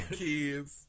kids